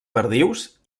perdius